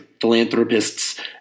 philanthropists